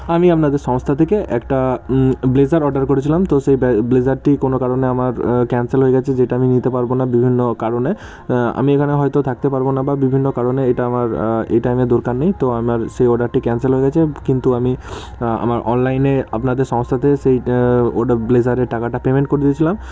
আমি আপনাদের সংস্থা থেকে একটা ব্লেজার অর্ডার করেছিলাম তো সে ব্লেজারটি কোনো কারণে আমার ক্যানসেল হয়ে গিয়েছে যেটা আমি নিতে পারব না বিভিন্ন কারণে আমি এখানে হয়তো থাকতে পারব না বা বিভিন্ন কারণে এটা আমার এটা আমার দরকার নেই তো আমার সেই অর্ডারটি ক্যানসেল হয়ে গিয়েছে কিন্তু আমি আমার অনলাইনে আপনাদের সংস্থাতে সেই ওটা ব্লেজারের টাকাটা পেমেন্ট করে দিয়েছিলাম